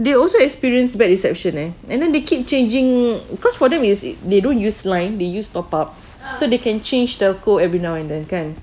they also experience bad reception leh and then they keep changing because for them is they don't use line they use top up so they can change telco every now and then kan